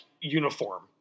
uniform